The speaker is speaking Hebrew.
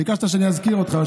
ביקשת שאזכיר אותך,